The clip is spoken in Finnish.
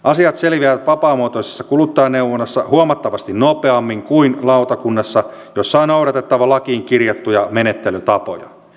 asiat selviävät vapaamuotoisessa kuluttajaneuvonnassa huomattavasti nopeammin kuin lautakunnassa jossa on noudatettava lakiin kirjattuja menettelytapoja